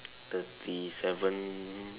thirty seven